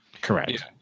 Correct